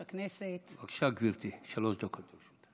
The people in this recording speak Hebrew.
בבקשה, גברתי, שלוש דקות.